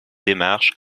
démarche